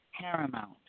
paramount